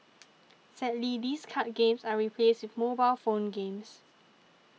sadly these card games are replaced mobile phone games